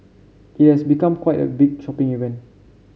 it has become quite a big shopping event